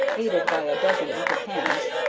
aided by a dozen eager hands,